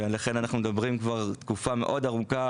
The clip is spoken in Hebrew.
ולכן אנחנו מדברים כבר תקופה מאוד ארוכה,